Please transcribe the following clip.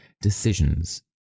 decisions